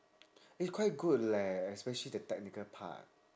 it's quite good leh especially the technical part